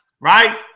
right